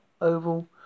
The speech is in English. oval